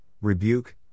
rebuke